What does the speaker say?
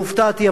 הופתעתי,